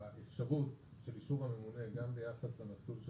שהאפשרות של אישור הממונה גם ביחס למסלול של